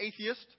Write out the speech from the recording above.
atheist